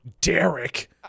Derek